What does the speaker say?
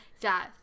death